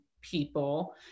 people